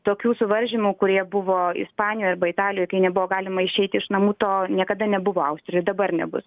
tokių suvaržymų kurie buvo ispanijoj arba italijoj kai nebuvo galima išeiti iš namų to niekada nebuvo austrijoj dabar nebus